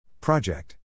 Project